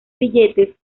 billetes